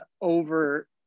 over